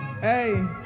Hey